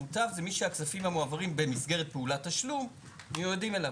מוטב הוא מי שהכספים המועברים במסגרת פעולת תשלום מיועדים אליו.